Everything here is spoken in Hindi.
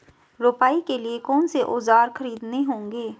रोपाई के लिए कौन से औज़ार खरीदने होंगे?